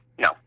no